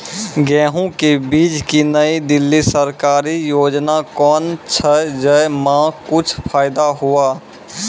गेहूँ के बीज की नई दिल्ली सरकारी योजना कोन छ जय मां कुछ फायदा हुआ?